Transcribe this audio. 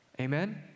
amen